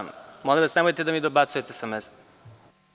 Molim vas, nemojte da mi dobacujete s mesta.